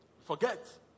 forget